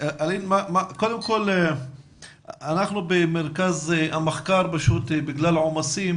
אנחנו במרכז המחקר פשוט בגלל עומסים,